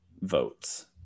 votes